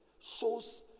shows